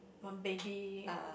one baby and